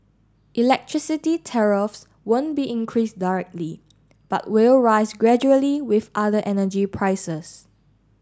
electricity tariffs won't be increased directly but will rise gradually with other energy prices